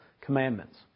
commandments